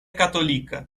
katolika